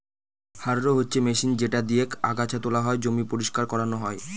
harrow হচ্ছে machine যেটা দিয়েক আগাছা তোলা হয়, জমি পরিষ্কার করানো হয়